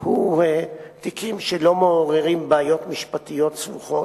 הוא תיקים שלא מעוררים בעיות משפטיות סבוכות,